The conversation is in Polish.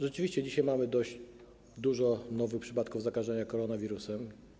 Rzeczywiście dzisiaj mamy dość dużo nowych przypadków zakażenia koronawirusem.